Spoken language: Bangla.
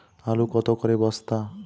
আলু কত করে বস্তা?